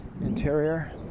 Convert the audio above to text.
interior